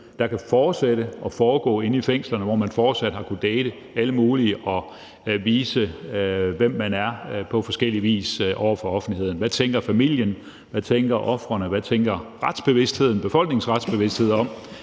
kan fortsætte deres meritter inde i fængslerne, hvor de fortsat har kunnet date alle mulige og vise, hvem de er, på forskellig vis over for offentligheden. Hvad tænker familien? Hvad tænker ofrene? Hvordan er det for befolkningens retsbevidsthed,